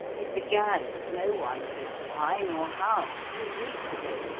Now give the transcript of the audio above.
it began, no one knows why nor how, two weeks ago,